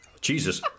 Jesus